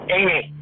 Amy